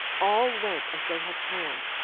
all went as they had planned.